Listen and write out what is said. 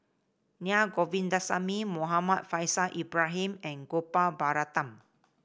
Naa Govindasamy Muhammad Faishal Ibrahim and Gopal Baratham